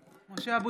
(קוראת בשמות חברי הכנסת) משה אבוטבול,